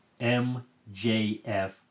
MJF